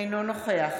אינו נוכח